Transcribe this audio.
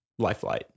Lifelight